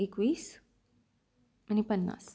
एकवीस आणि पन्नास